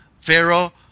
Pharaoh